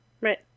Right